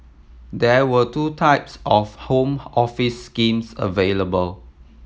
there were two types of Home Office schemes available